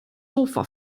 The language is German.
sofa